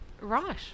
Right